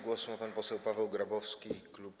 Głos ma pan poseł Paweł Grabowski, klub